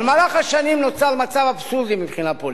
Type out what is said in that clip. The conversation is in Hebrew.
אבל במהלך השנים נוצר מצב אבסורדי מבחינה פוליטית.